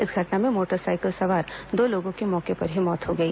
इस घटना में मोटरसाइकिल सवार दो लोगों की मौके पर ही मौत हो गई